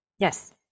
Yes